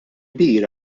kbir